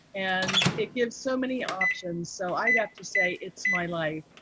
and it gives so many options. so i'd have to say it's my life